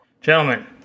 Gentlemen